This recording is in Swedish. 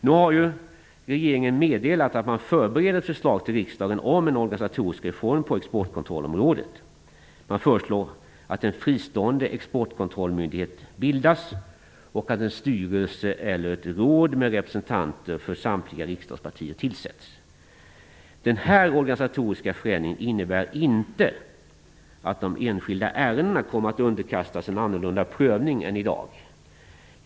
Nu har regeringen meddelat att man förbereder ett förslag till riksdagen om en organisatorisk reform på exportkontrollområdet. Man föreslår att en fristående exportkontrollmyndighet bildas och att en styrelse eller ett råd med representanter för samtliga riksdagspartier tillsätts. Denna organisatoriska förändring innebär inte att de enskilda ärendena kommer att underkastas en annorlunda prövning än i dag.